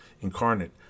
incarnate